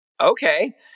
Okay